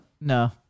No